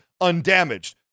undamaged